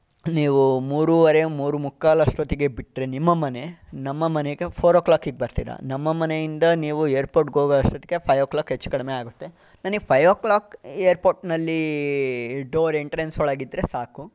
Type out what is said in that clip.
ನೀವು ಮೂರುವರೆ ಮೂರು ಮುಕ್ಕಾಲು ಅಷ್ಟೊತ್ತಿಗೆ ಬಿಟ್ಟರೆ ನಿಮ್ಮ ಮನೆ ನಮ್ಮ ಮನೆಗೆ ಫೋರ್ ಒ ಕ್ಲಾಕಿಗೆ ಬರ್ತೀರಾ ನಮ್ಮ ಮನೆಯಿಂದ ನೀವು ಏರ್ಪೋರ್ಟ್ಗೆ ಹೋಗೋವಷ್ಟೊತ್ತಿಗೆ ಫೈವ್ ಒ ಕ್ಲಾಕ್ ಹೆಚ್ಚು ಕಡಿಮೆ ಆಗುತ್ತೆ ನನಗೆ ಫೈವ್ ಒ ಕ್ಲಾಕ್ ಏರ್ಪೋರ್ಟ್ನಲ್ಲಿ ಡೋರ್ ಎಂಟರೆನ್ಸ್ ಒಳಗೆ ಇದ್ದರೆ ಸಾಕು